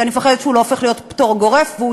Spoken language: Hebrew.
שאני מפחדת שהוא יהפוך להיות פטור גורף והוא